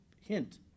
hint